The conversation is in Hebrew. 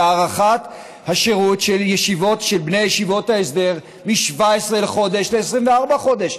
זה הארכת השירות של בני ישיבות ההסדר מ-17 חודשים ל-24 חודשים.